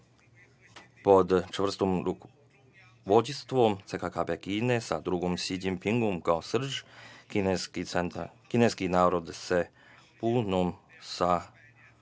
Pod čvrstim vođstvom CKKP Kine, sa drugom Si Đinping kao srž, kineski narod sa punim